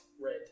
red